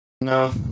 No